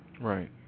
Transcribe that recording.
Right